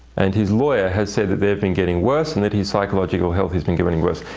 and his lawyer has said that they have been getting worse and that his psychological health has been getting worse.